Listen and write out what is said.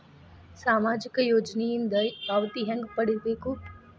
ಸಾಮಾಜಿಕ ಯೋಜನಿಯಿಂದ ಪಾವತಿ ಹೆಂಗ್ ಪಡಿಬೇಕು?